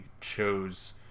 chose